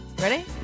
Ready